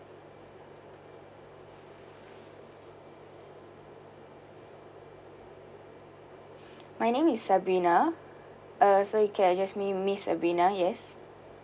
my name is sabrina uh so you can just me miss sabrina yes